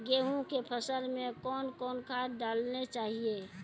गेहूँ के फसल मे कौन कौन खाद डालने चाहिए?